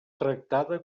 tractada